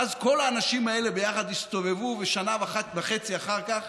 ואז כל האנשים האלה ביחד הסתובבו ושנה וחצי אחר כך